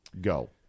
go